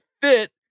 Fit